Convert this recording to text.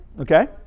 Okay